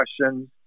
questions